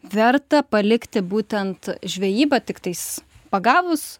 verta palikti būtent žvejyba tiktais pagavus